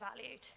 valued